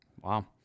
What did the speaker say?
Wow